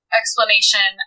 explanation